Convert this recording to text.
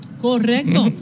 Correcto